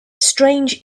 strange